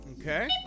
Okay